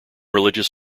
religious